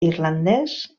irlandès